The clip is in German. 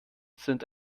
sind